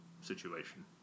situation